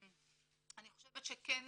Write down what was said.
אני חושבת שכן